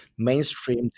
mainstreamed